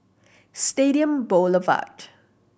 Stadium Boulevard